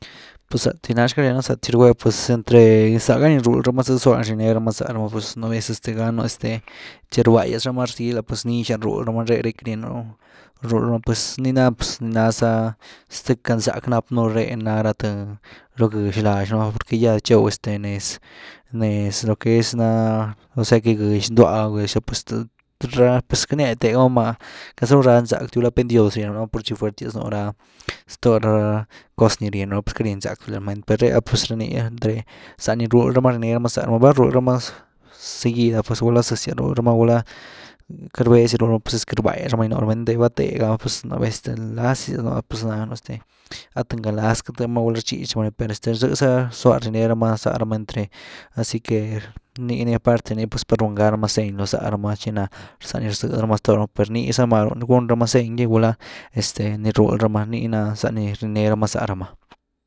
Pues zëety ná xcalryenia zëty ny rgwá pues entre zëity gá ni ruul ramá zëity gá zlúa rniné ramá zá ramá, pues nú vez este gánu esté txi rvayázramá rzíhlñ ah pues nixáz ruul rama réh riquy rninu ruul rama pues nii ná pues ni náza zty galzack ni napnuh ree nára th logëx lax núh por que yá de txew este nez-nez lo que es rá ose´h que gëx, gëx ndúah ah, pues stë, queity za rnía dia tega má va, per ueity za ranzázyw ma, gulá péndioos ryenyu láma pur zy fuertias nú ra ztó ra cos ni rieny uh, pues queity riendzack diú lá rama per ré’ah pues ra nii, zá ni ruld ramá rniné ramá zá ramá nugueld rúld ramá reguid ah, pues gulá zëzyaz ruld ramá, gúlá queity rbéz di ramá pues es que rbágýaz ramá nii nú rama, einty val nú gueld tega pues nú vez nlazyas nii nú, pues este ah th ganlaz katëdy ma gulá rchitx ma ní per este zy za zlúa rniné ramá zá ramá entre asi qué nii ni aparte de ni pues pát riun gá rama zéhny loo zá rámá, txi ná za ni rzëdy ra má ztoo ruh per ni za máru gy, gúlá este ny ruld ráma ni ná za ny rniné ramá zá ramá.